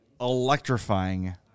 electrifying